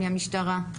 מהמשטרה?